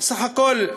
בסך הכול,